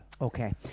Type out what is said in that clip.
Okay